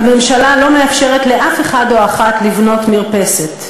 הממשלה לא מאפשרת לאף אחד או אחת לבנות מרפסת.